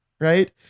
right